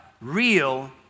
real